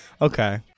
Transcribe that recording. okay